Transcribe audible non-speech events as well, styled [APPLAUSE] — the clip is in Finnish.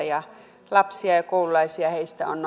[UNINTELLIGIBLE] ja lapsia ja ja koululaisia heistä on [UNINTELLIGIBLE]